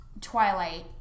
Twilight